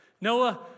Noah